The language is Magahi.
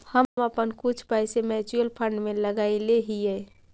हम अपन कुछ पैसे म्यूचुअल फंड में लगायले हियई